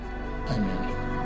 amen